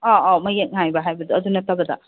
ꯑꯧ ꯑꯧ ꯃꯌꯦꯛ ꯅꯥꯏꯕ ꯍꯥꯏꯕꯗꯣ ꯑꯗꯨ ꯅꯠꯇꯕꯗ